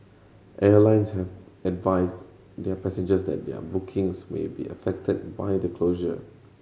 airlines have advised their passengers that their bookings may be affected by the closure